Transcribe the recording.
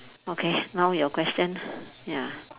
okay now your question ya